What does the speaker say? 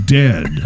dead